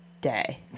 day